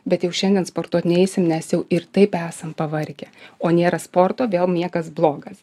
bet jau šiandien sportuot neisim nes jau ir taip esam pavargę o nėra sporto vėl miegas blogas